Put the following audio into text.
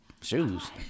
Shoes